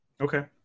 Okay